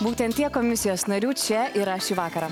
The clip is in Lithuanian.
būtent tiek komisijos narių čia yra šį vakarą